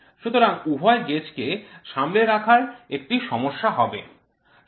সুতরাং উভয় গেজকে সামলে রাখার একটি সমস্যা হবে